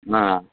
ಹಾಂ